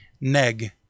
Neg